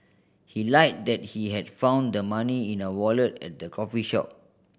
he lied that he had found the money in a wallet at the coffee shop